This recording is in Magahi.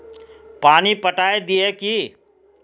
पानी पटाय दिये की?